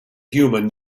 human